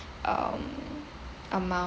um amount